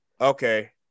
okay